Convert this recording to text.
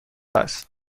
است